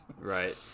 Right